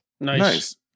Nice